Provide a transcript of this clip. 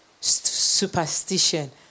superstition